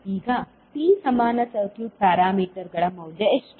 ಈಗ T ಸಮಾನ circuit ಪ್ಯಾರಾಮೀಟರ್ಗಳ ಮೌಲ್ಯ ಎಷ್ಟು